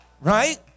Right